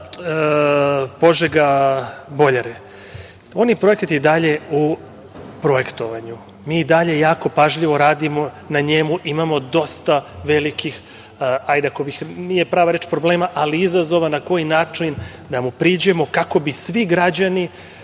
Požega-Boljare, projekat je i dalje u projektovanju. Mi i dalje jako pažljivo radimo na njemu imamo dosta velikih, nije prava reč problema, ali izazova na koji način da mu priđemo kako bi svi građani